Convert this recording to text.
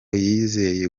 yizeye